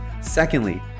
Secondly